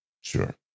Sure